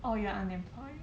oh you are unemployed